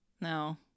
no